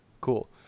cool